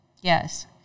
yes